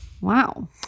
Wow